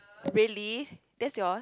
really that's yours